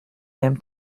même